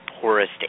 poorest